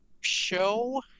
show